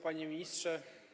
Panie Ministrze!